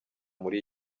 muri